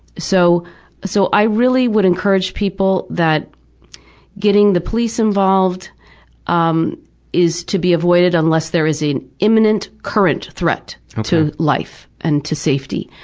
so so i really would encourage people that getting the police involved um is to be avoided unless there is an imminent, current threat to life and to safety.